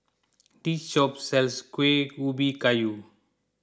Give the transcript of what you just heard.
this shop sells Kuih Ubi Kayu